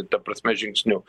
ta prasme žingsniu